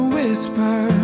whisper